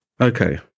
okay